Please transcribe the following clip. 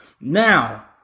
Now